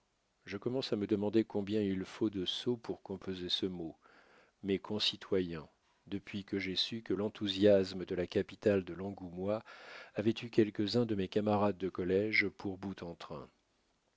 je commence à me demander combien il faut de sots pour composer ce mot mes concitoyens depuis que j'ai su que l'enthousiasme de la capitale de l'angoumois avait eu quelques-uns de mes camarades de collége pour boute-en-train